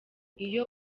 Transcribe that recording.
iyo